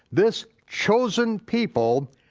this chosen people,